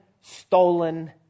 stolen